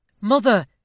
Mother